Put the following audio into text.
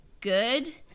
good